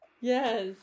yes